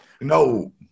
No